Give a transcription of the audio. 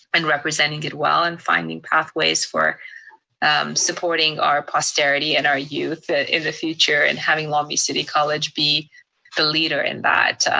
and representing it well and finding pathways for supporting our posterity and our youth in the future and having long beach city college be the leader in that